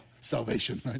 Salvation